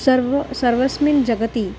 सर्वं सर्वस्मिन् जगति